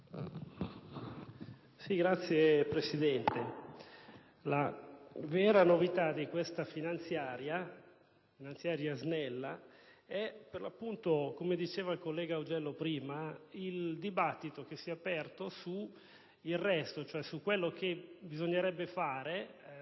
Signor Presidente, la vera novità di questa finanziaria snella è per l'appunto, come diceva prima il collega Augello, il dibattito che è si è aperto sul resto, cioè su quello che bisognerebbe fare